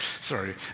Sorry